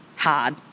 Hard